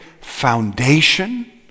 foundation